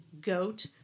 goat